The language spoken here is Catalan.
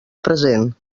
present